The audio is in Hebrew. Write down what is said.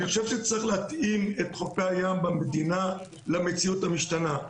אני חשוב שצריך להתאים את חופי הים במדינה למציאות המשתנה.